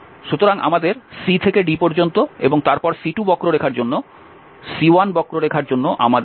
সুতরাং আমাদের c থেকে d পর্যন্ত এবং তারপর C2বক্ররেখার জন্য C1 বক্ররেখার জন্য আমাদের d থেকে c পর্যন্ত আছে